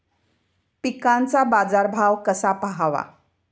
पिकांचा बाजार भाव कसा पहावा?